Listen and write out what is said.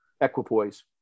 equipoise